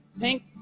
pink